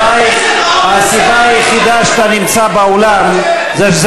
הסיבה היחידה שאתה נמצא באולם זה כי זה